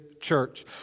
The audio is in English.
church